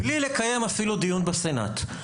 בלי לקיים אפילו דיון בסנאט.